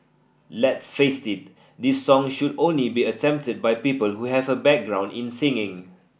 let's face it this song should only be attempted by people who have a background in singing